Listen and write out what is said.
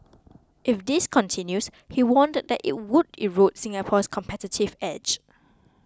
if this continues he warned that it would erode Singapore's competitive edge